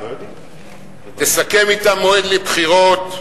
תסכם אתה מועד לבחירות,